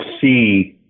see